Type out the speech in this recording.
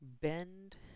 Bend